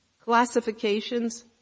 classifications